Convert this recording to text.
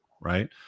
right